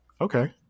okay